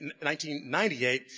1998